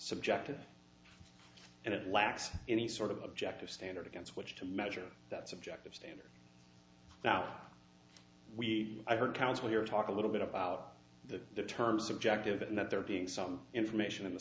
subjective and it lacks any sort of objective standard against which to measure that subjective standard now we heard counsel here talk a little bit about the terms objective and that there being some information in th